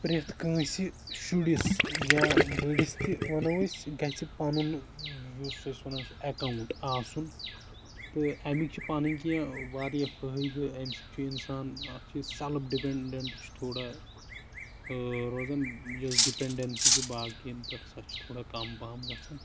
پرٮ۪تھ کٲنٛسہ شُرِس یا بٔڑِس تہِ وَنَو أسۍ گَژھِ پَنُن یُس أسۍ وَنان چھِ اٮ۪کاوُنٹ آسُن تہ إمِکۍ چھِ پَنٕنۍ کینٛہہ واریاہ فٲیِدِ إم سۭتۍ چھُ اِنسان اَکھ چھُ یہِ سٮ۪لِف ڈِپٮ۪ںڈنٹ چھُ تھوڑا روزان یۄس ڈِپنڈٮ۪نسی چھِ باقیَن پیٹھ سۄ چھِ تھوڑا کَم پَہم گَژھان